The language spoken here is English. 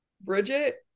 Bridget